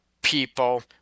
people